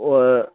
ও